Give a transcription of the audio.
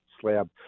slab